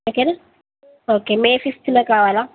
ఓకేనా okay May ఫిఫ్త్లో కావాలా